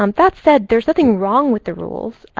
um that said, there's nothing wrong with the rules.